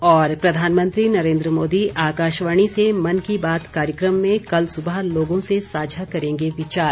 और प्रधानमंत्री नरेन्द्र मोदी आकाशवाणी से मन की बात कार्यक्रम में कल सुबह लोगों से साझा करेंगे विचार